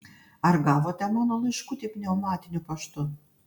ar gavote mano laiškutį pneumatiniu paštu